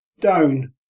down